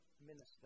minister